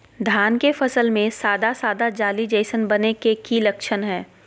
धान के फसल में सादा सादा जाली जईसन बने के कि लक्षण हय?